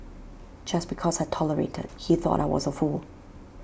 just because I tolerated he thought I was A fool